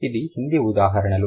ఇవీ హిందీ ఉదాహరణలు